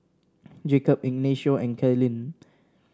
Jacob Ignacio and Kaylynn